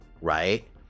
right